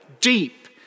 deep